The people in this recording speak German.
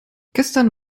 gestern